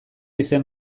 izen